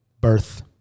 birth